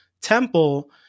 temple